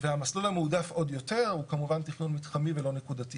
והמסלול המועדף עוד יותר הוא כמובן תכנון מתחמי ולא נקודתי.